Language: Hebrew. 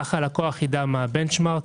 ככה הלקוח יידע מה הבנצ'מרק,